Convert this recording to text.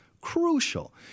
crucial